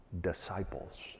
Disciples